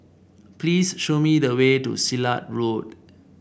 please show me the way to Silat Road